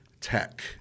tech